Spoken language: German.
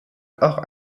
auch